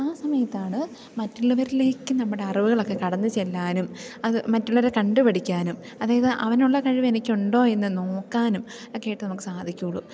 ആ സമയത്താണ് മറ്റുള്ളവരിലേക്ക് നമ്മുടെ അറിവുകളൊക്കെ കടന്നു ചെല്ലാനും അത് മറ്റുള്ളവരെ കണ്ടു പഠിക്കാനും അതായത് അവനുള്ള കഴിവ് എനിക്കുണ്ടോ എന്നു നോക്കാനും ഒക്കെയായിട്ട് നമുക്ക് സാധിക്കുകയുള്ളൂ